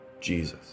Jesus